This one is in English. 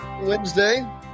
Wednesday